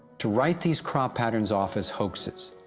to write these crop patterns off as hoaxes,